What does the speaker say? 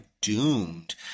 doomed